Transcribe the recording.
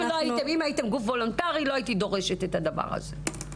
אם הייתם גוף וולונטרי לא הייתי דורשת את הדבר הזה.